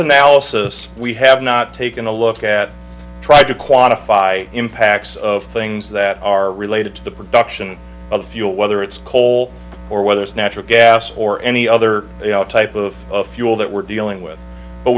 analysis we have not taken a look at tried to quantify impacts of things that are related to the production of fuel whether it's coal or whether it's natural gas or any other type of fuel that we're dealing with but